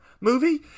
movie